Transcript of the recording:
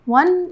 one